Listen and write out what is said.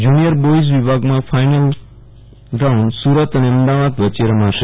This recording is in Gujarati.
જુનીયર બોઈઝ વિભાગમાં ફાઈનલ રાઉન્ડ સુરત અને અમદાવાદ વચ્ચે રમાશે